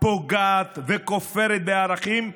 פוגעת וכופרת בערכים,